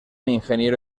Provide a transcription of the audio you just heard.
ingeniero